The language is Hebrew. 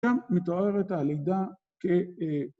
‫גם מתוארת הלידה כ...